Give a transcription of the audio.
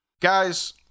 Guys